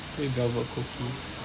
red velvet cookies